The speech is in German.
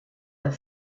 der